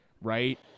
right